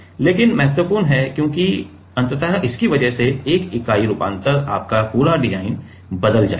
लेकिन महत्वपूर्ण है क्योंकि अंततः इसकी वजह से एक इकाई रूपांतरण आपका पूरा डिज़ाइन बदल जाएगा